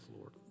Lord